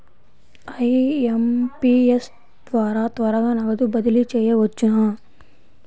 IMPS ద్వారా త్వరగా నగదు బదిలీ చేయవచ్చునా?